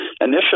Initially